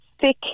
thick